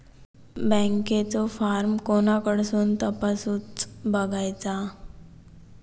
बँकेचो फार्म कोणाकडसून तपासूच बगायचा?